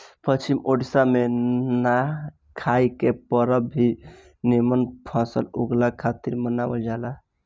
पश्चिम ओडिसा में नवाखाई के परब भी निमन फसल उगला खातिर मनावल जाला